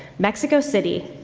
mexico city,